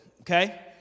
Okay